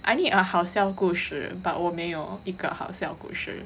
I need a 好笑故事 but 我没有一个好笑故事